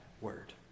word